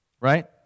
Right